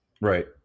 Right